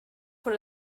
for